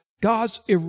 God's